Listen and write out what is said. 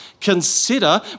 consider